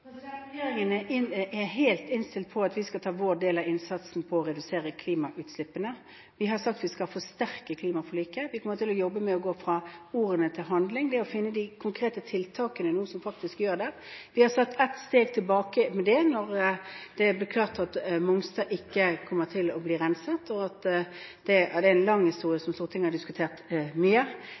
Regjeringen er helt innstilt på at vi skal gjøre vår del av innsatsen for å redusere klimautslippene. Vi har sagt at vi skal forsterke klimaforliket. Vi kommer til å jobbe med å gå fra ord til handling – det å finne de konkrete tiltakene nå som faktisk gjør det. Vi er satt et steg tilbake med hensyn til det da det ble klart at det ikke ble rensing på Mongstad. Det er en lang historie, som Stortinget har diskutert mye,